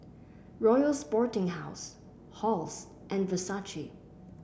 Royal Sporting House Halls and Versace